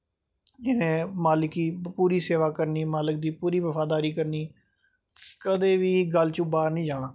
जिनें मालक दी पूरी बफादारी करनी पूरी सेवा करनीं कदैं बी गल्ल चों बाह्र नी जाना